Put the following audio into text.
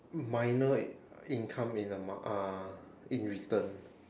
minor income in the ma~ uh in return